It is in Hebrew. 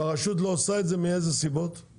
והרשות לא עושה את זה מאיזה סיבות?